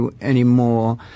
anymore